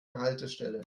haltestelle